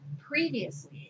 previously